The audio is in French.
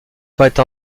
paraître